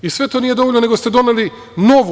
I sve to nije dovoljno, nego ste doneli novu.